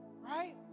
Right